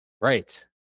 Right